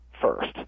first